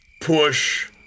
push